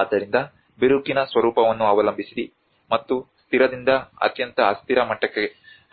ಆದ್ದರಿಂದ ಬಿರುಕಿನ ಸ್ವರೂಪವನ್ನು ಅವಲಂಬಿಸಿ ಮತ್ತು ಸ್ಥಿರದಿಂದ ಅತ್ಯಂತ ಅಸ್ಥಿರ ಮಟ್ಟಕ್ಕೆ